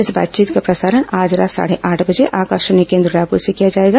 इस बातचीत का प्रसारण आज रात साढ़े आठ बजे आकाशवाणी केन्द्र रायपुर से किया जाएगा